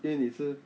因为你吃